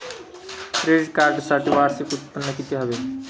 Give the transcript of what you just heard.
Credit कार्डसाठी वार्षिक उत्त्पन्न किती हवे?